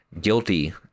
guilty